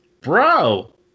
Bro